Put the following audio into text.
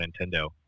Nintendo